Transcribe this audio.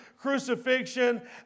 crucifixion